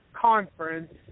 conference